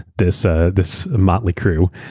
this ah this motley crew.